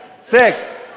Six